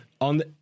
On